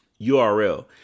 URL